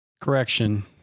Correction